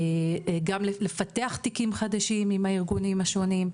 גם לפתח תיקים חדשים עם הארגונים השונים,